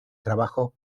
trabajos